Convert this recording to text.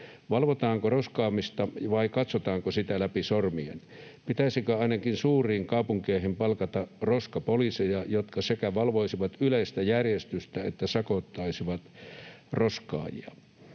Valvotaanko roskaamista vai katsotaanko sitä läpi sormien? Pitäisikö ainakin suuriin kaupunkeihin palkata ’roskapoliiseja’, jotka sekä valvoisivat yleistä järjestystä että sakottaisivat roskaajia?